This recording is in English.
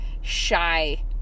shy